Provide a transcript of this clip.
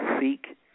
seek